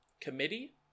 committee